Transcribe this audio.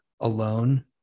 alone